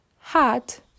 Hat